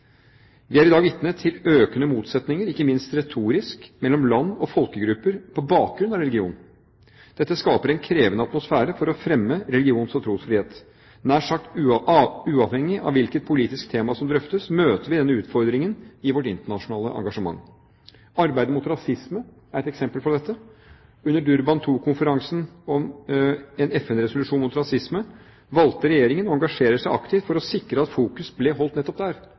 Vi er i dag vitner til økende motsetninger, ikke minst retorisk, mellom land og folkegrupper på bakgrunn av religion. Dette skaper en krevende atmosfære for å fremme religions- og trosfrihet. Nær sagt uavhengig av hvilket politisk tema som drøftes, møter vi denne utfordringen i vårt internasjonale engasjement. Arbeidet mot rasisme er et eksempel på dette. Under Durban II-konferansen om en FN-resolusjon mot rasisme valgte regjeringen å engasjere seg aktivt for å sikre at fokus ble holdt nettopp der,